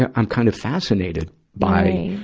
ah i'm kind of fascinated by,